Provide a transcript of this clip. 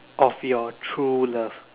of your true love